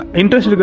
interest